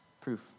proof